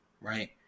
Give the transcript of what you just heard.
right